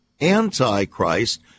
Antichrist